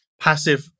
passive